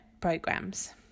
programs